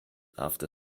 after